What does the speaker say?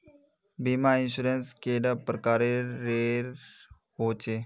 बीमा इंश्योरेंस कैडा प्रकारेर रेर होचे